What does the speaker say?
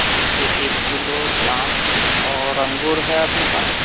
ठीक है एक किलो जाम और अंगूर है अपने पास